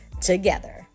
together